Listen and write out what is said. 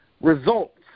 results